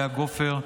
לאה גופר,